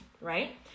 right